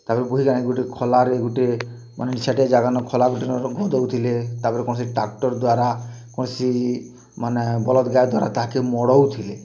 ତା' ପରେ ବୁହିକି ଆଣି ଗୁଟେ ଖଲାରେ ଗୁଟେ ମାନେ ନିଛାଟିଆ ଜାଗାନ ଖଲା ଗୁଟେନ ଗଦଉଥିଲେ ତା' ପରେ କୌଣ୍ସି ଟ୍ରାକ୍ଟର୍ ଦ୍ୱାରା କୌଣ୍ସି ମାନେ ବଲଦ୍ ଗାଏ ଦ୍ଵାରା ତାହାକେ ମଡ଼ଉ ଥିଲେ